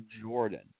Jordan